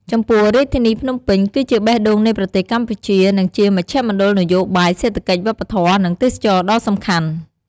ចំពោះរាជធានីភ្នំពេញ គឺជាបេះដូងនៃប្រទេសកម្ពុជា និងជាមជ្ឈមណ្ឌលនយោបាយ សេដ្ឋកិច្ច វប្បធម៌ និងទេសចរណ៍ដ៏សំខាន់។